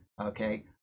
okay